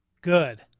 Good